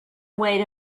way